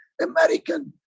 American